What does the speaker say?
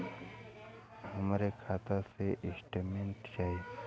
हमरे खाता के स्टेटमेंट चाही?